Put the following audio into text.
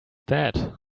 that